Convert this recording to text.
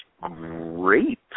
great